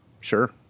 Sure